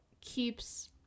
keeps